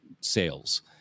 sales